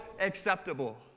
acceptable